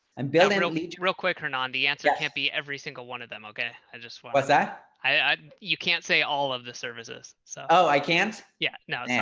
i'm building a lead real quick or nandi answer can't be every single one of them. okay. i just was that i you can't say all of the services. so oh, i can't yeah, no. yeah